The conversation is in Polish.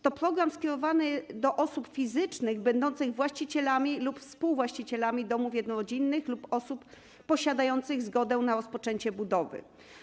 To program skierowany do osób fizycznych będących właścicielami lub współwłaścicielami domów jednorodzinnych lub osób posiadających zgodę na rozpoczęcie budowy.